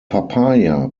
papaya